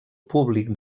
públic